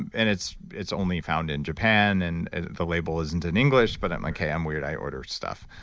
and it's it's only found in japan and the label isn't in english, but i'm okay, i'm weird. i order stuff.